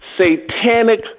satanic